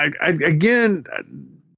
again